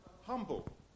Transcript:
Humble